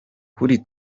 kuri